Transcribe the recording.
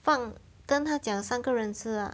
放跟他讲三个人吃 ah